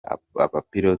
abapilote